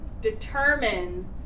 determine